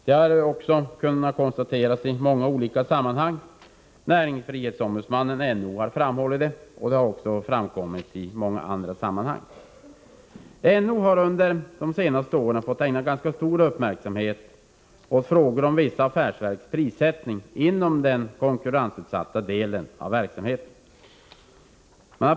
Det har kunnat konstateras i många sammanhang, och t.ex. näringsfrihetsombudsmannen — NO — har framhållit det. NO har under de senaste åren fått ägna ganska stor uppmärksamhet åt frågor om vissa affärsverks prissättning inom den konkurrensutsatta delen av verksamheten.